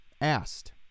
asked